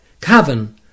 Cavan